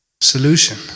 solution